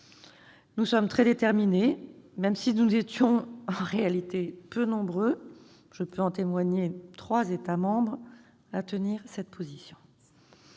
Nous sommes très déterminés, même si nous étions, en réalité, peu nombreux- je peux en témoigner, trois États membres ! -à tenir cette position.